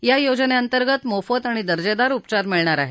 या योजनेअंतर्गत मोफत आणि दर्जेदार उपचार मिळणार आहेत